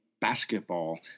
basketball